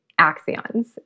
axions